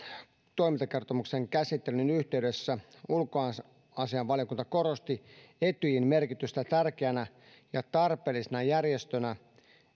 toimintakertomuksen käsittelyn yhteydessä ulkoasiainvaliokunta korosti etyjin merkitystä tärkeänä ja tarpeellisena järjestönä